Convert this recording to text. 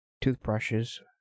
toothbrushes